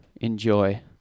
enjoy